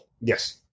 Yes